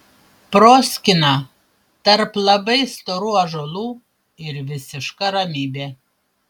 proskyna tarp labai storų ąžuolų ir visiška ramybė